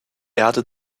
erde